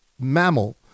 mammal